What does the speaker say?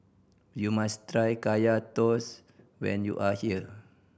you must try Kaya Toast when you are here